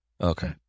okay